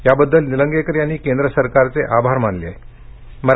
याबद्दल निलंगेकर यांनी केंद्र सरकारचे आभार मानले आहेत